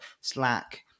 slack